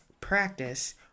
practice